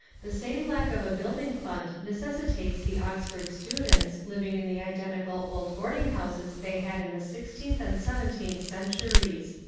the same lack of a building-fund necessitates the oxford students, living in the identical old boarding houses they had in the sixteenth and seventeenth centuries.